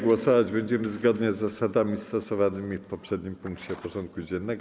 Głosować będziemy zgodnie z zasadami stosowanymi w poprzednim punkcie porządku dziennego.